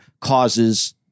causes